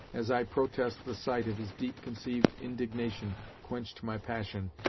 as i protest the sight of his deep-conceived indignation quenched my passion,